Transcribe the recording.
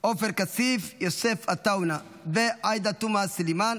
עופר כסיף, יוסף עטאונה, ועאידה תומא סלימאן.